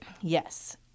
Yes